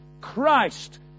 Christ